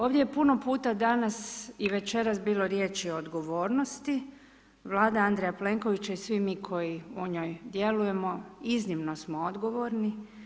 Ovdje je puno puta danas i večeras bilo riječi o odgovornosti, Vlada Andreja Plenkovića i svi mi koji u njoj djelujemo iznimno smo odgovorni.